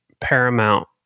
Paramount